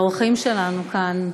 והאורחים שלנו כאן,